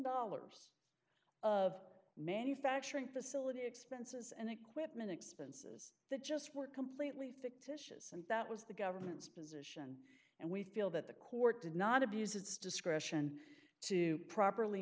dollars of manufacturing facility expenses and equipment expenses that just were completely fictitious and that was the government's position and we feel that the court did not abuse its discretion to properly